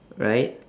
right